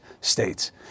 states